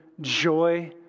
joy